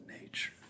nature